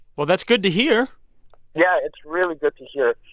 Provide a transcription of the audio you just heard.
well, that's good to hear yeah, it's really good to hear.